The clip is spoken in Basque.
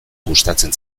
gustatzen